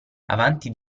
avanti